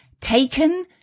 taken